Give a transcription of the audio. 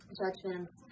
judgments